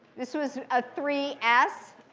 this was a three s.